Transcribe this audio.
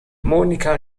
monika